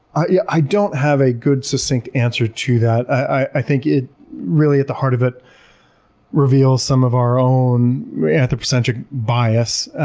i yeah i don't have a good succinct answer to that. i think really at the heart of it reveals some of our own anthropocentric bias.